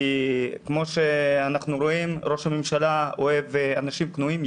כי כמו שאנחנו רואים ראש הממשלה אוהב אנשים כנועים,